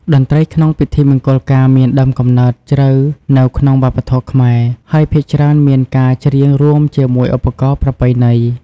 តន្ត្រីក្នុងពិធីមង្គលការមានដើមកំណើតជ្រៅនៅក្នុងវប្បធម៌ខ្មែរ ហើយភាគច្រើនមានការច្រៀងរួមជាមួយឧបករណ៍ប្រពៃណី។